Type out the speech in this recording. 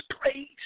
praise